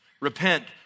Repent